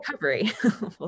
recovery